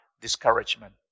discouragement